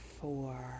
four